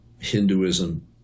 Hinduism